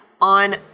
on